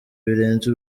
birenze